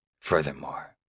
Furthermore